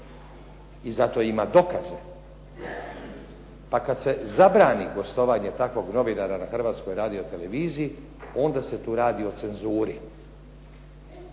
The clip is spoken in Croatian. i za to ima dokaze, pa kad se zabrani gostovanje takvog novinara na Hrvatskoj radioteleviziji onda se tu radi o cenzuri.